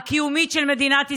הקיומית של מדינת ישראל.